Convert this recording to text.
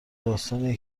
داستانیه